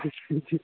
जी जी